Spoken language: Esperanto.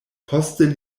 poste